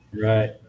right